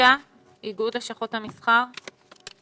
איגוד לשכות המסחר, בבקשה.